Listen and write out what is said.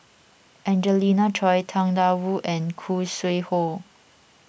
Angelina Choy Tang Da Wu and Khoo Sui Hoe